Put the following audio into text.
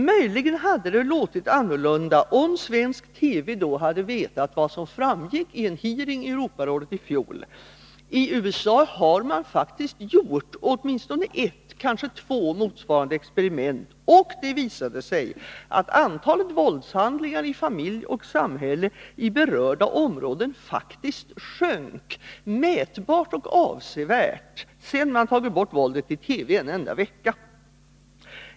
Möjligen hade det låtit annorlunda om svensk TV då hade vetat vad som framkom vid en hearing i Europarådet i fjol: i USA har man faktiskt gjort åtminstone ett, kanske två, motsvarande experiment. Det visade sig att antalet våldshandlingar i familj och samhälle i berörda områden mätbart och avsevärt sjönk sedan man tagit bort våldet i TV under en enda vecka.